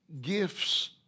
gifts